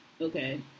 Okay